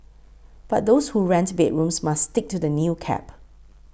but those who rents bedrooms must stick to the new cap